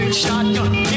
Shotgun